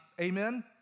Amen